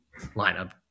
lineup